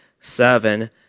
seven